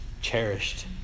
cherished